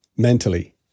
mentally